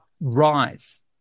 rise